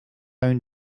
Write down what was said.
own